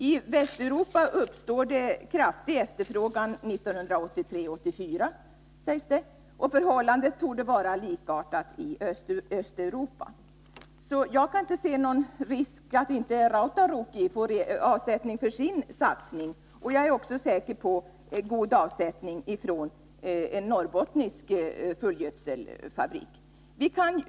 I Västeuropa uppstår kraftig efterfrågan 1983-1984, sägs det, och förhållandet torde vara likartat i Östeuropa. Jag kan inte se någon risk för att inte Rautaruukki får avkastning för sin satsning, och jag är också säker på god avsättning från en norrbottnisk fullgödselfabrik.